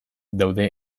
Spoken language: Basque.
daude